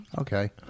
Okay